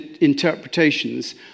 interpretations